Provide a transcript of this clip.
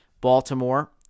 Baltimore